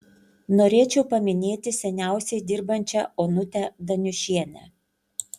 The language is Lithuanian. norėčiau paminėti seniausiai dirbančią onutę daniušienę